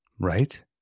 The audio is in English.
Right